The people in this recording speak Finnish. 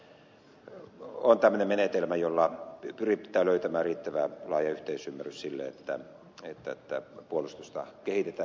sen tähden on tämmöinen menetelmä jolla pyritään löytämään riittävän laaja yhteisymmärrys sille että puolustusta kehitetään johdonmukaisella tavalla